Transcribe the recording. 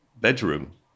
bedroom